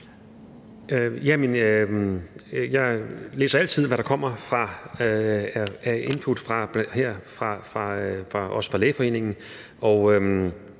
jeg læser altid, hvad der kommer af input – også her fra Lægeforeningen.